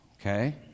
okay